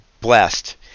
blessed